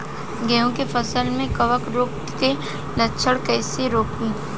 गेहूं के फसल में कवक रोग के लक्षण कईसे रोकी?